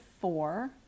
four